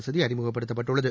வசதிஅறிமுகப்படுத்தப்பட்டுள்ளது